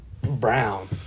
brown